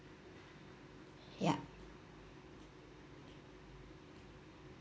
yup